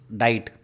diet